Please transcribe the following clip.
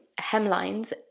hemlines